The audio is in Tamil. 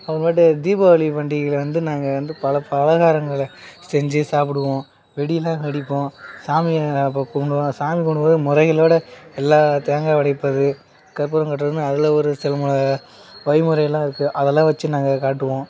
அப்புறமேட்டு தீபாவளி பண்டிகையில் வந்து நாங்கள் வந்து பல பலகாரங்களை செஞ்சு சாப்பிடுவோம் வெடிலாம் வெடிப்போம் சாமியை அப்போ கும்பிடுவோம் சாமி கும்பிடும் போது முறைகளோடு எல்லாம் தேங்கா உடைப்பது கற்பூரம் காட்டுறதுன்னு அதில் ஒரு சில வழிமுறைகள்லாம் இருக்குது அதெல்லாம் வெச்சி நாங்கள் காட்டுவோம்